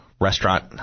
restaurant